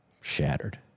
shattered